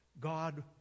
God